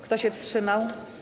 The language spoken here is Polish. Kto się wstrzymał?